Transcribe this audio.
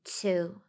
two